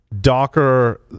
Docker